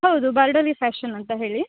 ಹೌದು ಬಾರ್ಡವಿ ಫ್ಯಾಶನ್ ಅಂತ ಹೇಳಿ